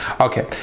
Okay